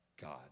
God